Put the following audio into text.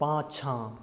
पाछाँ